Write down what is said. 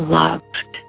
loved